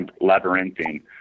labyrinthine